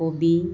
কবি